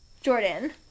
Jordan